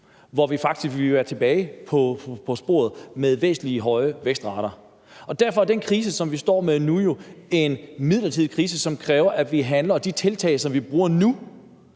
hvor vi faktisk vil være tilbage på sporet med væsentlig højere vækstrater. Derfor er den krise, som vi står med nu, jo en midlertidig krise, som kræver, at vi handler, og at de tiltag, som vi gør nu,